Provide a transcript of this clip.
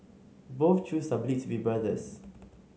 both Chews are believed to be brothers